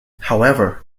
however